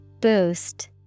Boost